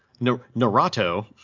Naruto